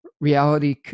reality